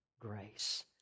grace